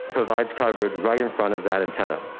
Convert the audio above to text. provides coverage right in front of that antenna,